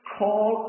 call